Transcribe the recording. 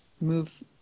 move